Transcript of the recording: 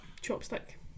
chopstick